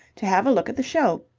to have a look at the show.